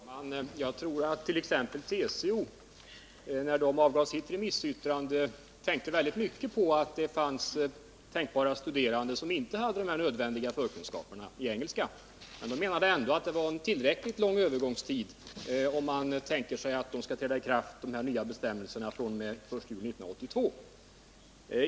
Herr talman! Jag tror att t.ex. TCO, när den organisationen avgav sitt remissyttrande, tänkte mycket på att det fanns tänkbara studerande som inte hade de nödvändiga förkunskaperna i engelska. Men TCO menade ändå att det var en tillräckligt lång övergångstid, om de nya bestämmelserna skall träda i kraft först fr.o.m. 1982.